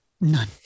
None